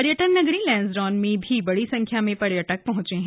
पर्यटन नगरी लैंसडाउन में भी बड़ी संख्या में पर्यटक पहंचे हैं